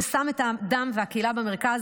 ששם את האדם והקהילה במרכז,